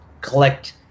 collect